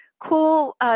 cool